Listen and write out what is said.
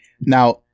Now